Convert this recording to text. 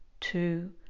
two